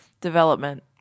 development